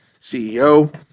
CEO